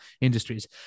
industries